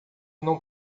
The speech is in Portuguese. não